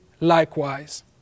likewise